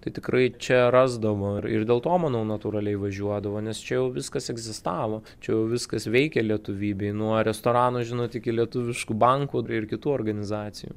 tai tikrai čia rasdavo ir ir dėl to manau natūraliai važiuodavo nes čia jau viskas egzistavo čia jau viskas veikė lietuvybei nuo restorano žinot iki lietuviškų bankų ir kitų organizacijų